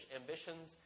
ambitions